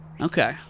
Okay